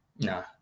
no